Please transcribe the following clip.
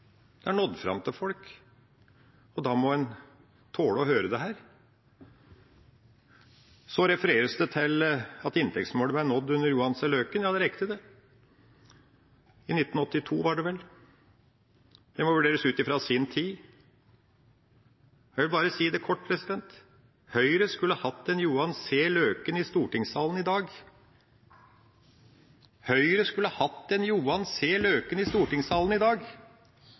det har nådd fram til folk, og da må en tåle å høre det. Så refereres det til at inntektsmålet ble nådd under Johan C. Løken. Ja, det er riktig, det. I 1982 var det vel. Det må vurderes ut fra sin tid. Jeg vil bare si det kort: Høyre skulle hatt en Johan C. Løken i stortingssalen i dag.